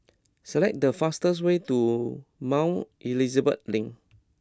select the fastest way to Mount Elizabeth Link